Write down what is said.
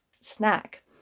snack